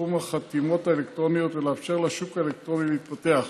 בתחום החתימות האלקטרוניות ולאפשר לשוק האלקטרוני להתפתח.